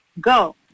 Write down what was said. Go